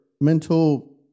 mental